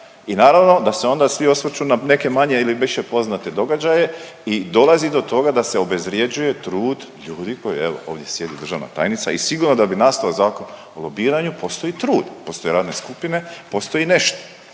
I naravno da se onda svi osvrću na neke manje ili više poznate događaje i dolazi do toga da se obezvrjeđuje trud ljudi koji evo, ovdje sjedi državna tajnica i sigurno da bi nastao Zakon o lobiranju, postoji trud, postoje radne skupine i postoji nešto.